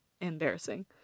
embarrassing